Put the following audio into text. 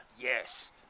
Yes